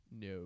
no